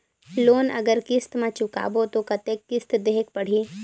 Loan अगर किस्त म चुकाबो तो कतेक किस्त देहेक पढ़ही?